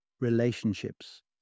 relationships